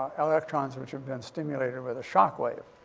electrons which have been stimulated with a shock wave.